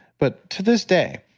but to this day,